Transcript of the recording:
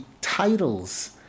titles